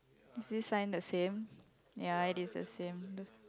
is this the sign the same ya it is the same